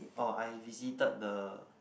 oh I visited the